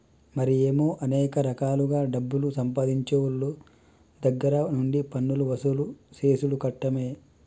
మరి ఏమో అనేక రకాలుగా డబ్బులు సంపాదించేవోళ్ళ దగ్గర నుండి పన్నులు వసూలు సేసుడు కట్టమే